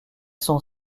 sont